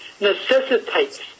necessitates